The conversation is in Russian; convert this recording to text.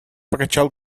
покачал